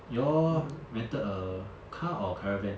you all rented a car or caravan